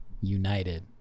united